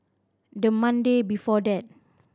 the Monday before that